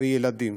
וילדים